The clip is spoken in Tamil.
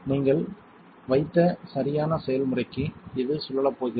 நீங்கள் வைத்த சரியான செய்முறைக்கு இது சுழலப் போகிறது